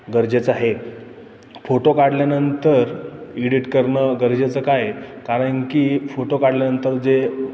गरजेचा आहे फोटो काढल्यानंतर इडिट करणं गरजेचं का आहे कारण की फोटो काढल्यानंतर जे